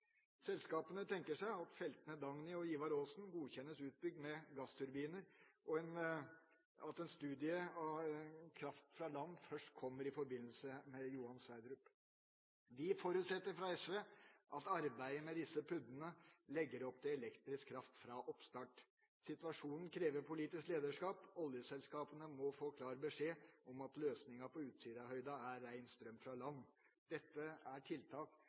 Selskapene tenker seg at feltene Dagny og Ivar Aasen godkjennes utbygd med gassturbiner, og at en studie av kraft fra land først kommer i forbindelse med oljefeltet Johan Sverdrup. Vi i SV forutsetter at arbeidet med disse PUD-ene legger opp til elektrisk kraft fra oppstart. Situasjonen krever politisk lederskap. Oljeselskapene må få klar beskjed om at løsninga på Utsirahøyden er ren strøm fra land. Dette er tiltak